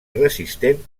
resistent